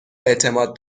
اعتماد